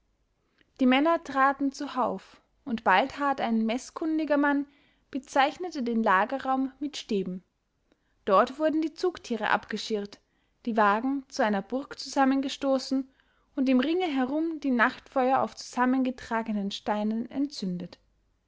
die männer traten zuhauf und baldhard ein meßkundiger mann bezeichnete den lagerraum mit stäben dort wurden die zugtiere abgeschirrt die wagen zu einer burg zusammengestoßen und im ringe herum die nachtfeuer auf zusammengetragenen steinen entzündet